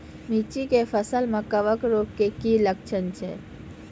मिर्ची के फसल मे कवक रोग के की लक्छण छै?